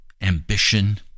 ambition